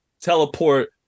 teleport